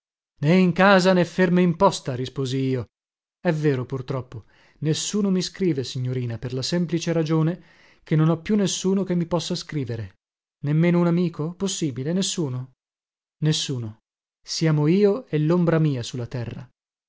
né in casa né ferme in posta risposi io è vero purtroppo nessuno mi scrive signorina per la semplice ragione che non ho più nessuno che mi possa scrivere nemmeno un amico possibile nessuno nessuno siamo io e lombra mia su la terra